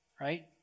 right